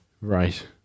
Right